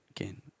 again